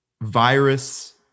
virus